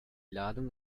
ladung